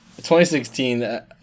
2016